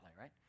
right